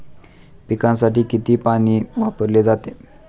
पिकांसाठी किती पाणी वापरले जाते?